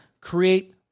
Create